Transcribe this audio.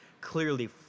clearly